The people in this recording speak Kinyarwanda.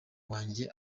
wanjye